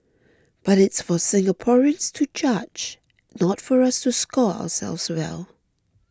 but it's for Singaporeans to judge not for us to score ourselves well